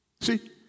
See